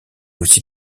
aussi